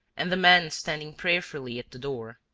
and the man standing prayerfully at the door.